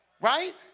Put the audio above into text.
right